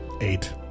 eight